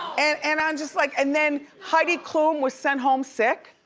and and i'm just like, and then heidi klum was sent home sick.